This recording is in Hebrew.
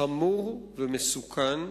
חמור ומסוכן,